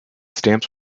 stamps